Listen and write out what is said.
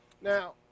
now